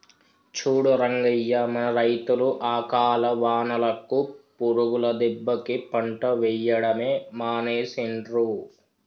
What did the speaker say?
చూడు రంగయ్య మన రైతులు అకాల వానలకు పురుగుల దెబ్బకి పంట వేయడమే మానేసిండ్రు